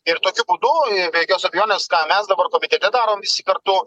ir tokiu būdu be jokios abejonės ką mes dabar komitete darom visi kartu